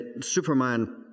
Superman